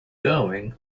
going